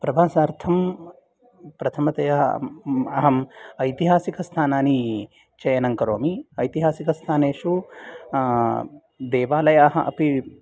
प्रवासार्थं प्रथमतया अहम् ऐतिहासिकस्थानानि चयनङ्करोमि ऐतिहासिकस्थानेषु देवालयाः अपि